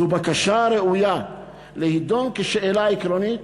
זו בקשה הראויה להידון כשאלה עקרונית